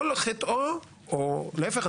כל חטאו או להפך,